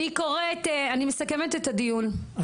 אני מסכמת את הדיון,